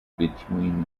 between